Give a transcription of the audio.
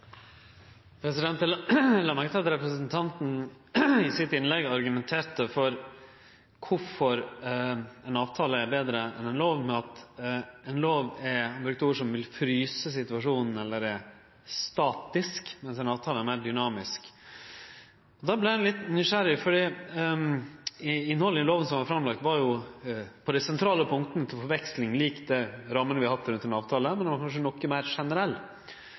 Eg la merke til at representanten Bekkevold i sitt innlegg argumenterte for kvifor ein avtale er betre enn ei lov med at ei lov – han brukte ord som at situasjonen ville «fryses» eller at ho er «statisk», mens ein avtale er meir «dynamisk». Då vart eg litt nysgjerrig fordi innhaldet i lova som vart framlagt, var på dei sentrale punkta til forveksling lik dei rammene vi har hatt i ein avtale, men lova var kanskje meir generell.